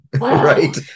right